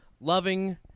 loving